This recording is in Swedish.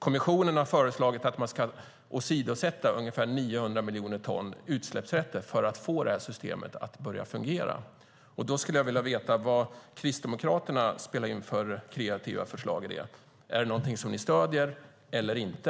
Kommissionen har föreslagit att man ska åsidosätta utsläppsrätter för ungefär 900 miljoner ton för att få systemet att börja fungera. Då skulle jag vilja veta vad Kristdemokraterna spelar in för kreativa förslag i det. Är det någonting som ni stöder eller inte?